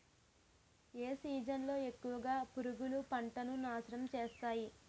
ఏ season లో ఎక్కువుగా పురుగులు పంటను నాశనం చేస్తాయి?